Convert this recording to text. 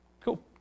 Cool